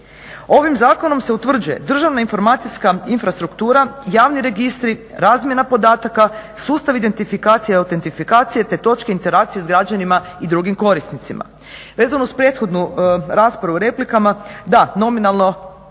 Ovim zakonom se utvrđuje državna informacijska infrastruktura, javni registri, razmjena podataka, sustav identifikacije i autentifikacije, te točke interakcije sa građanima i drugim korisnicima. Vezano uz prethodnu raspravu replikama da, nominalno